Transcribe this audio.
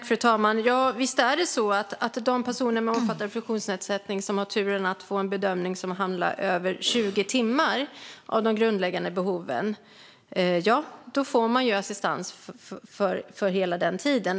Fru talman! Visst är det så att de personer med omfattande funktionsnedsättning som har turen att beviljas mer än 20 timmar för de grundläggande behoven får assistans för hela denna tid.